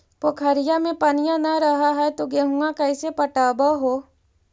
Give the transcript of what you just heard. पोखरिया मे पनिया न रह है तो गेहुमा कैसे पटअब हो?